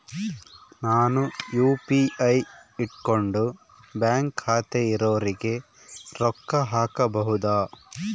ನಾನು ಯು.ಪಿ.ಐ ಇಟ್ಕೊಂಡು ಬ್ಯಾಂಕ್ ಖಾತೆ ಇರೊರಿಗೆ ರೊಕ್ಕ ಹಾಕಬಹುದಾ?